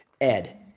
Ed